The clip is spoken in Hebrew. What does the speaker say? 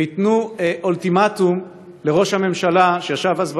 וייתנו אולטימטום לראש הממשלה, שישב אז במליאה: